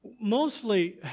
Mostly